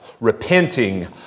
repenting